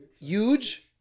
Huge